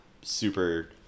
super